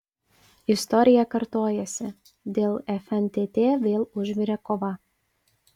istorija kartojasi dėl fntt vėl užvirė kova